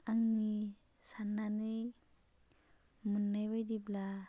आंनि साननानै मोननाय बायदिब्ला